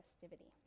festivity